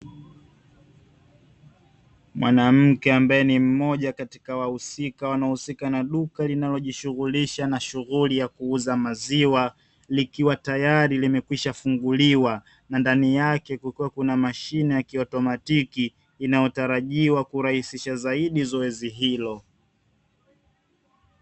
Mwanamke ambaye ni mmoja katika wahusika wanaohusika na duka linalojishughulisha na shughuli ya kuuza maziwa. Likiwa tayari limekwishafunguliwa na ndani yake kukiwa kuna mashine ya kiotomatiki, inayotarajiwa kurahisisha zaidi zoezi hilo.